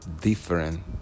different